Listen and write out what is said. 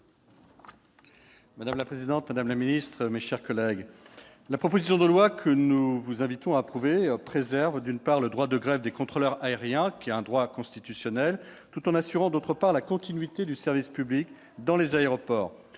Madame la présidente, madame la ministre, mes chers collègues, la proposition de loi que nous vous invitons à prouver préserve d'une part, le droit de grève des contrôleurs aériens qui est un droit constitutionnel tout en assurant, d'autre part, la continuité du service public dans les aéroports,